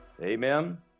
Amen